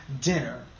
dinner